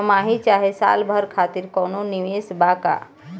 छमाही चाहे साल भर खातिर कौनों निवेश बा का?